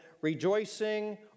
Rejoicing